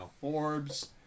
Forbes